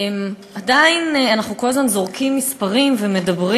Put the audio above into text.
עדיין אנחנו כל הזמן זורקים מספרים ומדברים